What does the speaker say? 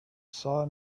saw